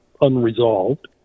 unresolved